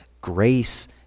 grace